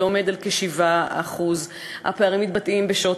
ועומדים על כ-7%; הפערים מתבטאים בשעות